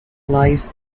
lies